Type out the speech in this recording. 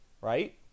right